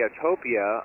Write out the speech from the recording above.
Utopia